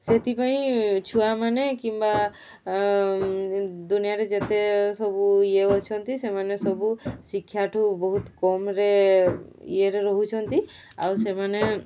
ସେଥିପାଇଁ ଛୁଆମାନେ କିମ୍ବା ଦୁନିଆରେ ଯେତେ ସବୁ ଇଏ ଅଛନ୍ତି ସେମାନେ ସବୁ ଶିକ୍ଷାଠୁ ବହୁତ କମ୍ରେ ଇଏରେ ରହୁଛନ୍ତି ଆଉ ସେମାନେ